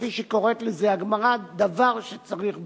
כפי שקוראת לזה הגמרא: דבר שצריך בדיקה.